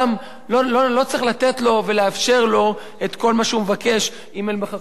לא צריך לתת לו ולאפשר לו את כל מה שהוא מבקש אם אין בכך שום היגיון.